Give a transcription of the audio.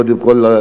קודם כול,